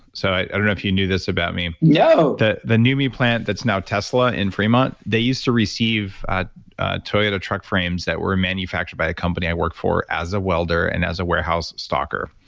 so, i don't know if you knew this about me. no. the the nummi plant that's now tesla in fremont, they used to receive toyota truck frames that were manufactured by the company i worked for as a welder and as a warehouse stalker.